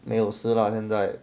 没有事啦现在